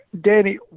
Danny